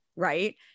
Right